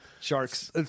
Sharks